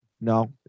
No